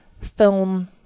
film